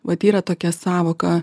vat yra tokia sąvoka